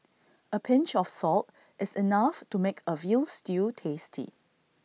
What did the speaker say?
A pinch of salt is enough to make A Veal Stew tasty